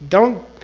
don't.